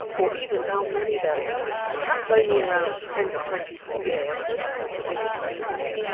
or even how many there were perhaps only around ten to twenty per year at some of the bigger cathedrals,